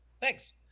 thanks